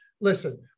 Listen